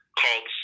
called